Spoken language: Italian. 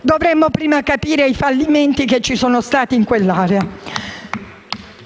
dovremmo prima capire i fallimenti che ci sono stati in quell'area